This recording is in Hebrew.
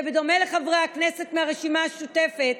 שבדומה לחברי הכנסת מהרשימה המשותפת,